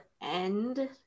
end